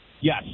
Yes